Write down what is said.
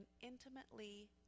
intimately